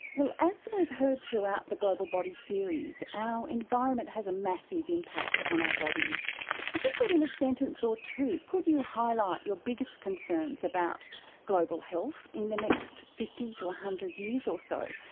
well, as we've heard throughout the global body series, our environment has a massive impact on our bodies. i just thought in a sentence or two, could you highlight your biggest concerns about global health in the next fifty to one ah hundred years or so?